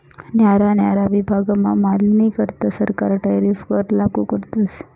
न्यारा न्यारा विभागमा मालनीकरता सरकार टैरीफ कर लागू करस